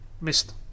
missed